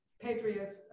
patriots